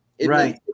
right